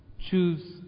Choose